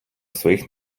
своїх